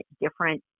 different